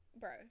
bro